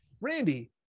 Randy